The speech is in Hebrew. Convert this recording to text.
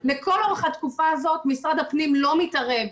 לכל אורך התקופה הזו משרד הפנים לא מתערב,